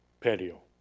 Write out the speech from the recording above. patio.